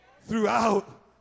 Throughout